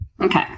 Okay